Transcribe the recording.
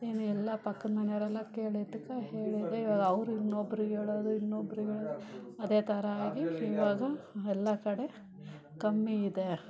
ಏನು ಇಲ್ಲ ಪಕ್ಕದ ಮನೆಯವರೆಲ್ಲ ಕೇಳಿದಕ್ಕೆ ಹೇಳಿದೆ ಇವಾಗ ಅವರು ಇನ್ನೊಬ್ರಿಗೆ ಹೇಳೋದು ಇನ್ನೊಬ್ರಿಗೆ ಹೇಳೋದ್ ಅದೇ ಥರ ಆಗಿ ಇವಾಗ ಎಲ್ಲ ಕಡೆ ಕಮ್ಮಿ ಇದೆ